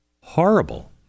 horrible